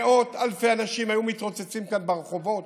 מאות אלפי אנשים היו מתרוצצים כאן ברחובות